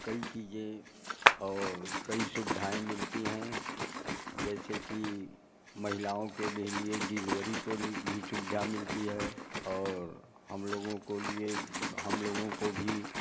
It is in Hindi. कई चीज़ें और कई सुबधाएँ मिलती हैं जैसे कि महिलाओं के भे लिए डिलवरी को लि भी सुविधा मिलती है और हम लोगों को लिए हम लोगों को भी